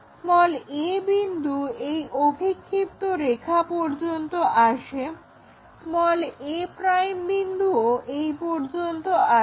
a বিন্দু এই অভিক্ষিপ্ত রেখা পর্যন্ত আসে a বিন্দুও এই পর্যন্ত আসে